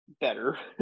better